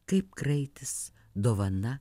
kaip kraitis dovana